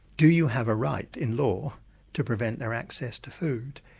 do you have a right in law to prevent their access to food?